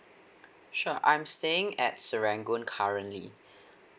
sure I'm staying at serangoon currently